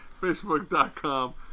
facebook.com